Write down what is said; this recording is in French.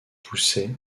poussait